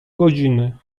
godziny